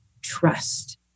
trust